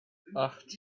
acht